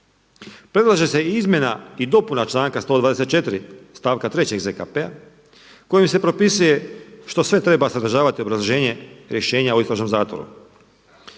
Predlaže se izmjena i dopuna članka 124. stavka 3. ZKP-a kojim se propisuje što sve treba sadržavati obrazloženje rješenja o istražnom zatvoru.